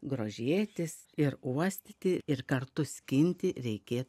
grožėtis ir uostyti ir kartu skinti reikėtų